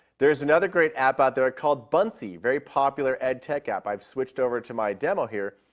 there's another great app out there called buncee. very popular ed tech app. i've switched over to my demo here.